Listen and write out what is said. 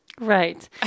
Right